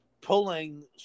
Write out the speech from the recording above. pulling